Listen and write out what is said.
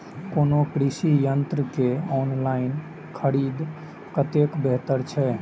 कोनो कृषि यंत्र के ऑनलाइन खरीद कतेक बेहतर छै?